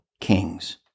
kings